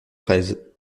fraise